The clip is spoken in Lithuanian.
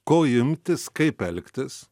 ko imtis kaip elgtis